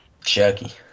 Chucky